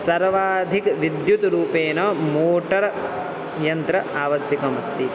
सर्वाधिकं विद्युत्रूपेण मोटर्यन्त्रम् आवश्यकमस्ति